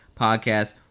podcast